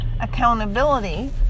accountability